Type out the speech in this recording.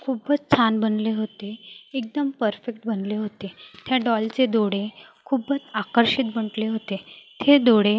खूपच छान बनले होते एकदम परफेक्ट बनले होते त्या डॉलचे डोळे खूपच आकर्षित बनले होते हे डोळे